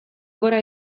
gora